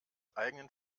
eigenen